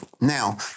Now